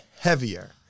heavier